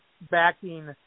backing